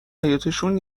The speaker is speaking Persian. حیاطشون